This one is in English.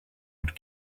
would